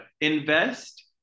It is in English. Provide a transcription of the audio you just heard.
Invest